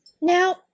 Now